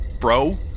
bro